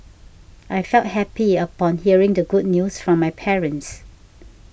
I felt happy upon hearing the good news from my parents